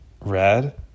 Red